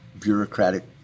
bureaucratic